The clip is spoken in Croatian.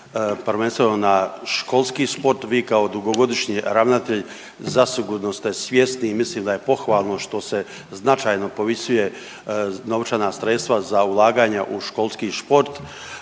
prvenstveno na školski sport. Vi kao dugogodišnji ravnatelj zasigurno ste svjesni i mislim da je pohvalno što se značajno povisuje novčana sredstva za ulaganja u školski sport.